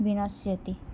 विनश्यति